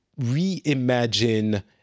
reimagine